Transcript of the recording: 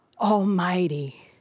Almighty